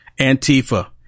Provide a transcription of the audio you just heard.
Antifa